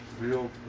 real